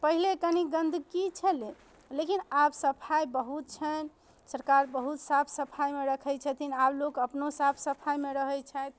पहिले कनी गन्दगी छलय लेकिन आब सफाइ बहुत छनि सरकार बहुत साफ सफाइमे रखै छथिन आब लोक अपनो साफ सफाइमे रहै छथि